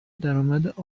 درامد